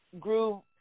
grew